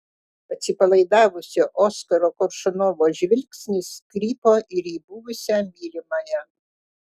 atsipalaidavusio oskaro koršunovo žvilgsnis krypo ir į buvusią mylimąją